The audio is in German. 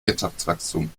wirtschaftswachstum